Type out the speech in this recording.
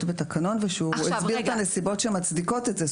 בתקנון ושהוא הסביר את הנסיבות שמצדיקות את זה.